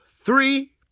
three